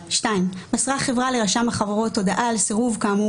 "(2)מסרה חברה לרשם החברות הודעה על סירוב כאמור